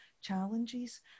challenges